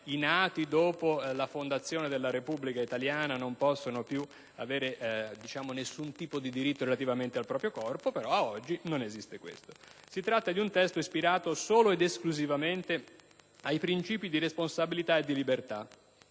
i nati dopo la fondazione della Repubblica italiana non possono più avere alcun diritto relativamente al proprio corpo, però al momento questa eventualità non esiste. Si tratta di un testo ispirato solo ed esclusivamente ai principi di responsabilità e libertà,